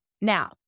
Now